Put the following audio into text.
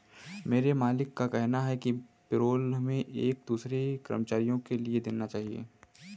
मेरे मालिक का कहना है कि पेरोल हमें एक दूसरे कर्मचारियों के लिए देना चाहिए